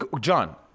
john